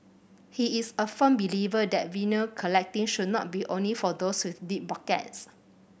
he is a firm believer that vinyl collecting should not be only for those with deep pockets